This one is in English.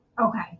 Okay